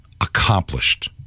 accomplished